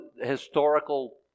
historical